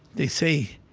they say,